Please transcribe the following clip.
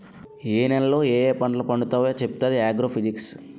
ఏ నేలలో యాయా పంటలు పండుతావో చెప్పుతాది ఆగ్రో ఫిజిక్స్